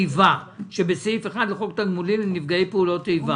'פגיעת איבה' שבסעיף 1 לחוק תגמולים לנפגעי פעולות איבה,